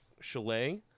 Chalet